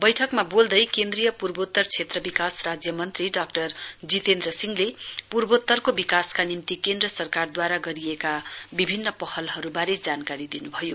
बैठकमा बोल्दै केन्द्रीय पूर्वोत्तर क्षेत्र राज्य मन्त्री डाक्टर जितेन्द्र सिंहले पूर्वोत्तरको विकासका निम्ति केन्द्र सरकारद्वारा गरिएका विभिन्न पहलहरूबारे जानकारी दिनुभयो